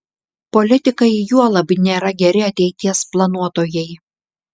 politikai juolab nėra geri ateities planuotojai